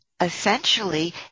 essentially